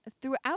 throughout